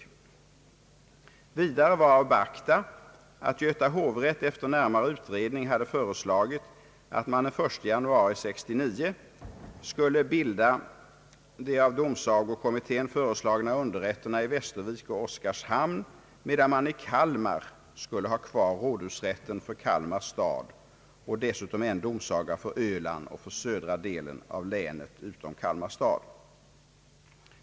Vidare var att beakta att Göta hovrätt efter närmare utredningar hade föreslagit att man den 1 januari 1969 skulle bilda de av domstolskommittén föreslagna underrätterna i Västervik och Oskarshamn, medan man i Kalmar skulle ha kvar rådshusrätten för Kalmar stad och dessutom en domsaga för Öland och för södra delen av länet utom Kalmar stad.